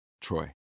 Troy